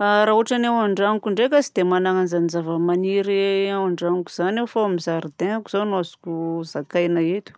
Raha ôtran'ny ao andranoko ndraika tsy dia managna an'izany zavamaniry ao andranoko zany aho fa ao amin'ny jardin-ko zao no azoko zakaina eto.